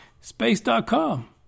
Space.com